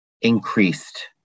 increased